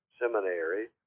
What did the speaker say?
seminary